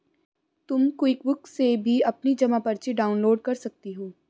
तुम क्विकबुक से भी अपनी जमा पर्ची डाउनलोड कर सकती हो